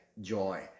joy